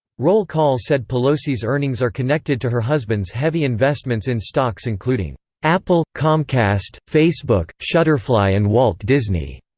roll call said pelosi's earnings are connected to her husband's heavy investments in stocks including apple, comcast, facebook, shutterfly and walt disney.